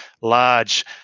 large